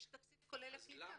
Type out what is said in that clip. יש תקציב כולל לקליטה.